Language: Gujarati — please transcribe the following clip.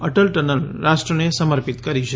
અટલ ટનલ રાષ્ટ્રને સમર્પિત કરી છે